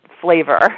flavor